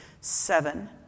seven